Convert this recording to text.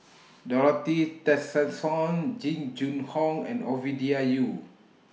Dorothy Tessensohn Jing Jun Hong and Ovidia Yu